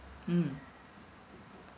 mmhmm